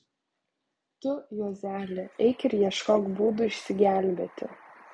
tu juozeli eik ir ieškok būdų išsigelbėti